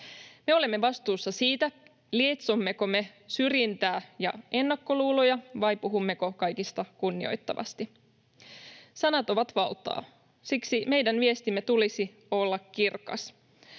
Me olemme vastuussa siitä, lietsommeko me syrjintää ja ennakkoluuloja vai puhummeko kaikista kunnioittavasti. Sanat ovat valtaa, siksi meidän viestimme tulisi olla kirkas: